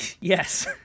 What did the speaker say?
Yes